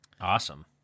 Awesome